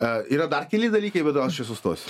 a yra dar keli dalykai bėt aš jau sustosiu